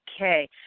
okay